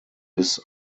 bis